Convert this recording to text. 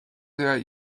that